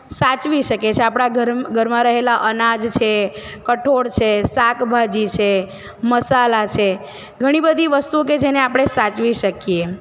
સાચવી શકીએ છીએ આપણા ઘરમાં ઘરમાં રહેલા અનાજ છે કઠોળ છે શાકભાજી છે મસાલા છે ઘણી બધી વસ્તુઓ કે જેને આપણે સાચવી શકીએ એમ